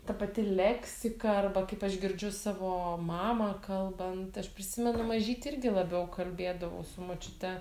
ta pati leksika arba kaip aš girdžiu savo mamą kalbant aš prisimenu mažytė irgi labiau kalbėdavau su močiute